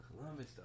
Columbus